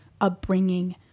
upbringing